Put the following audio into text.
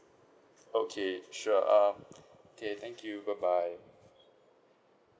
okay sure um K thank you bye bye